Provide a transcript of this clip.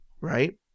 right